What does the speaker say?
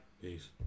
Peace